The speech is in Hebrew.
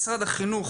משרד החינוך,